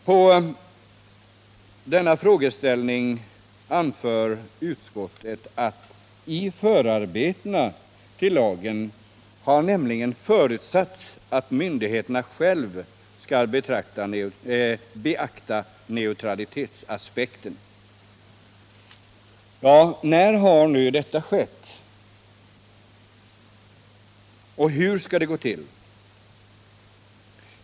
På tal om denna frågeställning anför utskottet: ”I förarbetena till lagen har nämligen förutsatts att myndigheterna själva skall beakta neutralitetsaspekten.” När har nu detta skett? Och hur skall det gå till?